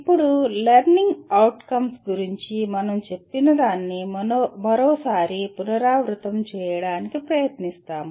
ఇప్పుడు learning outcomes గురించి మనం చెప్పినదాన్ని మరోసారి పునరావృతం చేయడానికి ప్రయత్నిస్తాము